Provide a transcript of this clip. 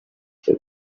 they